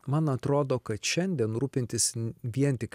man atrodo kad šiandien rūpintis vien tik